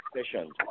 sessions